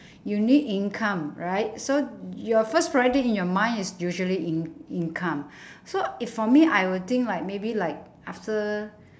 you need income right so your first priority in your mind is usually in~ income so if for me I would think like maybe like after